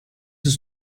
ist